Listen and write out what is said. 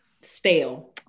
stale